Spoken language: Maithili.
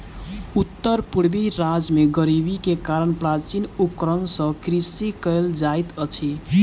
उत्तर पूर्वी राज्य में गरीबी के कारण प्राचीन उपकरण सॅ कृषि कयल जाइत अछि